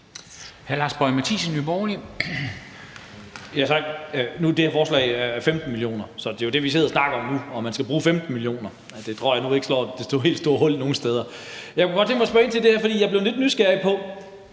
Lars Boje Mathiesen (NB): Tak. Nu står der 15 mio. kr. i det her forslag, så det, vi sidder og snakker om nu, er jo, om man skal bruge 15 mio. kr. Det tror jeg nu ikke slår det helt store hul nogen steder. Jeg kunne godt tænke mig at spørge ind til det her, for jeg er blevet lidt nysgerrig på